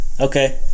Okay